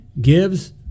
Gives